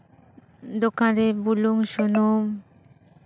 ᱫᱚᱠᱟᱱ ᱨᱮ ᱵᱩᱞᱩᱝ ᱥᱩᱱᱩᱢ